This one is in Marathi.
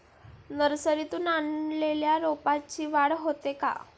नर्सरीतून आणलेल्या रोपाची वाढ होते का?